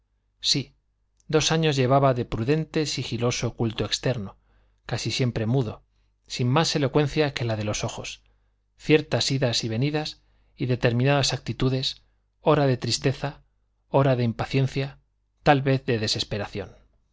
sí dos años llevaba de prudente sigiloso culto externo casi siempre mudo sin más elocuencia que la de los ojos ciertas idas y venidas y determinadas actitudes ora de tristeza ora de impaciencia tal vez de desesperación